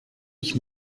ich